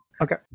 Okay